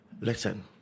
Listen